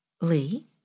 Lee